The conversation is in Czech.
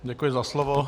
Děkuji za slovo.